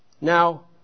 Now